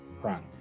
crime